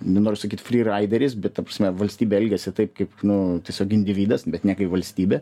nenoriu sakyt fryraideris bet ta prasme valstybė elgiasi taip kaip nu tiesiog individas bet ne kaip valstybė